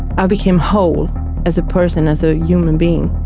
i became whole as a person, as a human being.